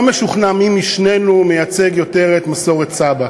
משוכנע מי משנינו מייצג יותר את מסורת סבא.